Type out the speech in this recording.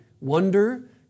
wonder